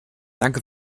danke